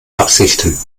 absichten